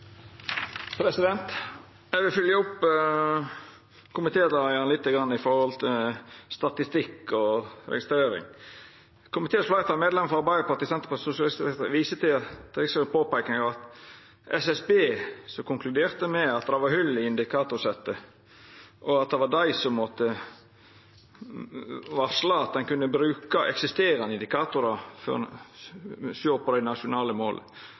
Eg vil fylgja opp komitéleiaren litt når det gjeld statistikk og registrering. Komiteens fleirtal, medlemene frå Arbeidarpartiet, Senterpartiet og SV, viser til Riksrevisjonens påpeiking av at det var SSB som konkluderte med at det var hòl i indikatorsetta, og at det var dei som måtte varsla om at ein kunne bruka eksisterande indikatorar for